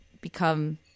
become